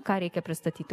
ką reikia pristatyti